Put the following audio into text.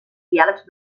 diàlegs